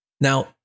Now